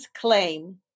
claim